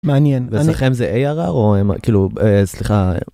מעניין ואצלכם זה ARR או